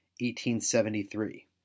1873